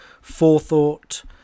forethought